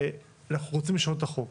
אנחנו רוצים לשנות את החוק,